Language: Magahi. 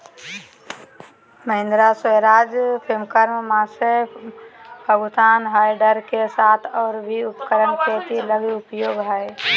Mahindra, Swaraj, Farmtrac, Massey Ferguson John Deere के साथ और भी उपकरण खेती लगी उपयोगी हइ